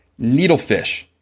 Needlefish